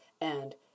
and